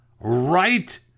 Right